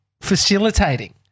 facilitating